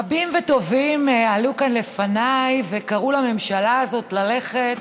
רבים וטובים עלו כאן לפניי וקראו לממשלה הזאת ללכת